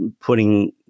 putting